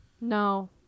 no